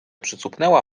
przycupnęła